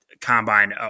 combine